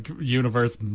universe